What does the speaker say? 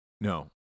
No